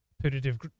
putative